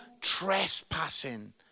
trespassing